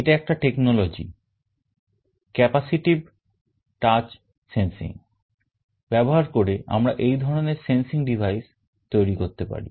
এটা একটা technology capacitive touch sensing ব্যবহার করে আমরা এই ধরনের sensing device তৈরি করতে পারি